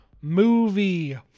Movie